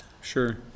Sure